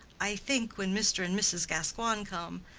i think when mr. and mrs. gascoigne come,